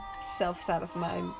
Self-satisfied